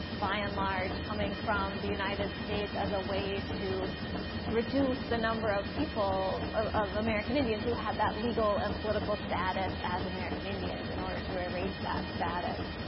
by and large, coming from the united states as a way to reduce the number of people, of american indians, who had that legal and political status as american indians in order to erase that status.